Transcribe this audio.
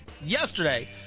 yesterday